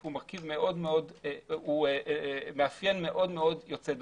הוא מאפיין מאוד-מאוד יוצא דופן.